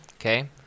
Okay